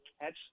catch